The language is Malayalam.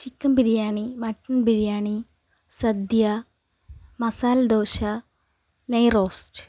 ചിക്കൻ ബിരിയാണി മട്ടൻ ബിരിയാണി സദ്യ മസാല ദോശ നെയ്യ് റോസ്റ്റ്